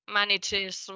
manages